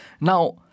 Now